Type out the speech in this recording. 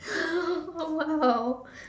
!wow!